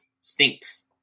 stinks